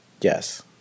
yes